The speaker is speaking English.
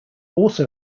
also